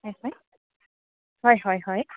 হয় হয় হয় হয় হয়